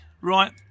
Right